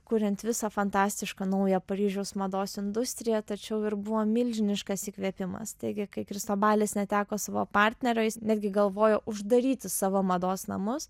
kuriant visą fantastišką naują paryžiaus mados industriją tačiau ir buvo milžiniškas įkvėpimas taigi kai kristobalis neteko savo partnerio jis netgi galvojo uždaryti savo mados namus